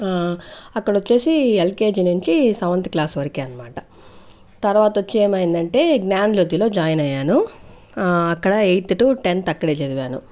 ఆ అక్కడొచ్చేసి యల్కేజి నించి సెవెంత్ క్లాస్ వరకే అన్మాట తర్వాతొచ్చి ఏమైందంటే జ్ఞానజ్యోతిలో జాయిన్ అయ్యాను అక్కడ ఎయిత్ టు టెంత్ అక్కడే చదివాను